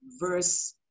verse